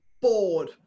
bored